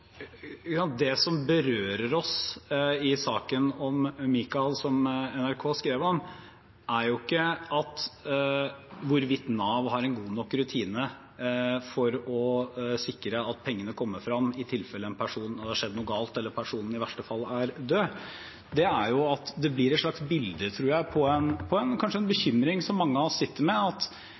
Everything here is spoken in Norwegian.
ikke hvorvidt Nav har en god nok rutine for å sikre at pengene kommer frem i tilfelle det har skjedd noe galt, eller personen i verste fall er død. Det blir et slags bilde, tror jeg, på en bekymring som mange av oss kanskje sitter med om at